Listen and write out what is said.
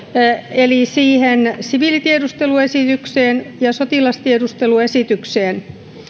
eli siviilitiedusteluesitykseen ja ja sotilastiedusteluesitykseen